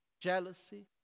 jealousy